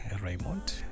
Raymond